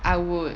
I would